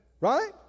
Right